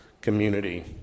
community